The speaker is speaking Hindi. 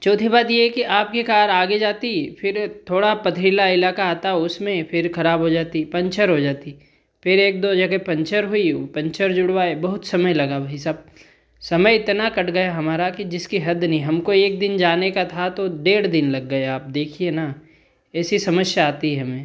चौथी बात यह है कि आपकी कार आगे जाती फ़िर थोड़ा पथीला इलाका आता उसमें फ़िर खराब हो जाती पंचर हो जाती फ़िर एक दो जगह पंचर हुई उ पंचर जुड़वाए बहुत समय लगा भाई साब समय इतना कट गया हमारा जिसकी हद नहीं हमको एक दिन जाने का था तो डेढ़ दिन लग गया देखिए ना ऐसी समस्या आती है हमें